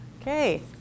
Okay